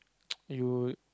you